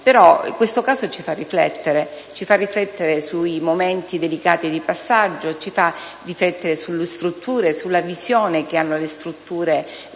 Però questo caso ci fa riflettere. Ci fa riflettere sui momenti delicati di passaggio. Ci fa riflettere sulle strutture. Ci fa riflettere sulla visione che hanno le strutture